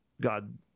God